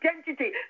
identity